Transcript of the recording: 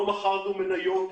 לא מכרנו מניות,